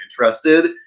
interested